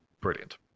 brilliant